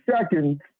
seconds